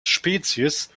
spezies